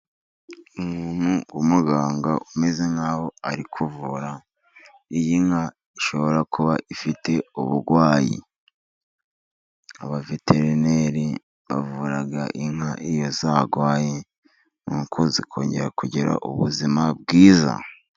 Umuntu w'umuganga umeze nkaho ari kuvura, iyi nka ishobora kuba ifite uburwayi. Abaveterineri bavura inka iyo zarwaye ,nuko zikongera kugira ubuzima bwiza.